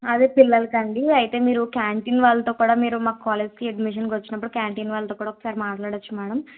అదే పిల్లలకు అండి అయితే మీరు కాంటీన్ వాళ్ళతో కూడా మీరు మా కాలేజ్కి అడ్మిషన్కి వచ్చినప్పుడు కాంటీన్ వాళ్ళతో కూడా ఒకసారి మాట్లాడవచ్చు మేడం